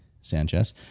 sanchez